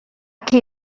qui